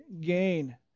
gain